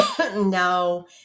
No